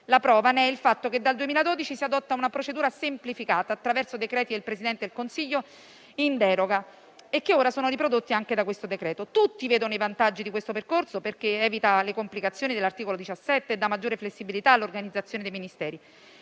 La prova ne è il fatto che dal 2012 si adotta una procedura semplificata, attraverso decreti del Presidente del Consiglio in deroga e che ora sono riprodotti anche dal decreto in esame. Tutti vedono i vantaggi di questo percorso, perché evita le complicazioni dell'articolo 17 della citata legge, dà maggiore flessibilità all'organizzazione dei Ministeri,